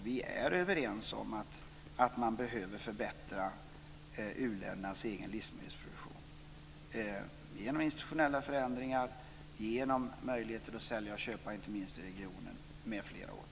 Vi är överens om att u-ländernas egen livsmedelsproduktion behöver förbättras genom bl.a. institutionella förändringar och genom möjligheter att köpa och sälja, inte minst i den egna regionen.